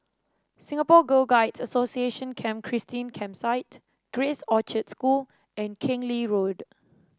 Singapore Girl Guide Association Camp Christine Campsite Grace Orchard School and Keng Lee Road